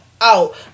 out